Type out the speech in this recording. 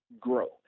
grow